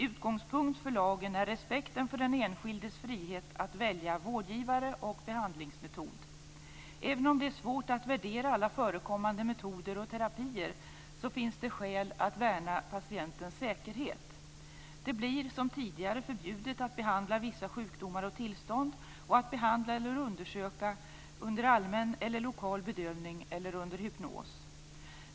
Utgångspunkten för lagen är respekten är den enskildes frihet att välja vårdgivare och behandlingsmetod. Även om det är svårt att värdera alla förekommande metoder och terapier finns det skäl att värna patientens säkerhet. Det blir som tidigare förbjudet att behandla vissa sjukdomar och tillstånd och att behandla eller undersöka under allmän eller lokal bedövning eller under hypnos.